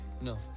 No